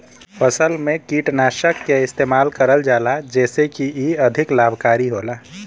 फसल में कीटनाशक के इस्तेमाल करल जाला जेसे की इ अधिक लाभकारी होला